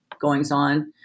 goings-on